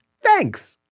Thanks